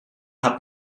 hat